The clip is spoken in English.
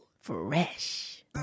Fresh